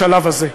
בשלב הזה.